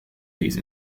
these